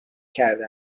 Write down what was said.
کرده